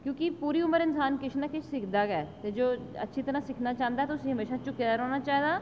क्योंकि पूरी उम्र इन्सान किश ना किश सिखदा गै ते जेकर अइच्छी तरह सिक्खना चाहंदा ते म्हेशां झुकना चाहिदा ऐ